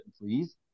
employees